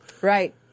Right